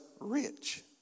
Rich